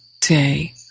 day